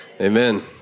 Amen